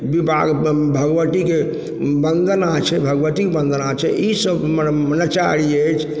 विवाहमे भगवतीके वन्दना छै भगवतीके वन्दना छै ई सब मने नचारी अछि